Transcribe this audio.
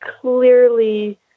clearly